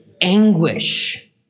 Anguish